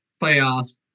playoffs